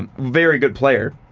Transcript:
um very good player,